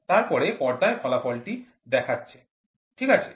তারপরে পর্দায় ফলাফল টি দেখাচ্ছে ঠিক আছে